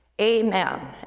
Amen